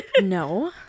No